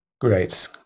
great